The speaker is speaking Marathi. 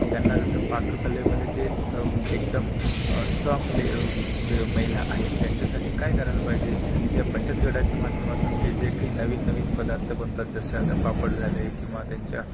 त्यांना जसं पाककले मले जे एकदम स्ट्राँग ले महिला आहे त्यांच्यासाठी काय करायला पाहिजे तर या बचत गटाच्या माध्यमातून ते जे काही नवीन नवीन पदार्थ बनतात जसं आता पापड झाले किंवा त्यांच्या